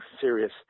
serious